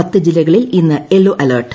പത്ത് ജില്ലകളിൽ ഇന്ന് യെല്ലോ അലർട്ട്